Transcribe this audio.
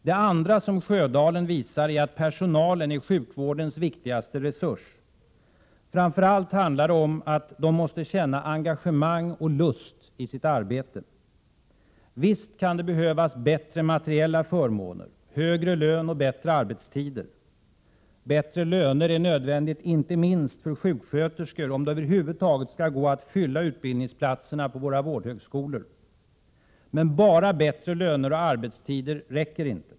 Det andra som Sjödalen visar är att personalen är sjukvårdens viktigaste resurs. Framför allt handlar det om att personalen måste känna engagemang och lust i sitt arbete. Visst kan det behövas bättre materiella förmåner, högre lön och bättre arbetstider. Bättre löner är nödvändigt inte minst för sjuksköterskor, om det över huvud taget skall gå att fylla utbildningsplatserna på våra vårdhögskolor. Men bara bättre löner och arbetstider räcker inte.